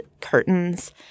curtains